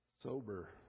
sober